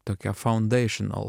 tokia foundational